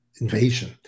invasion